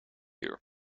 uur